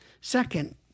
Second